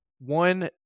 One